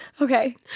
Okay